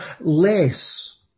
less